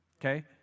Okay